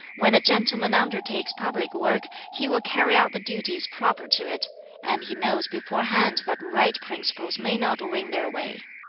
when a gentleman undertakes public work, he will carry out the duties proper to it and he knows beforehand that right principles may not win their way.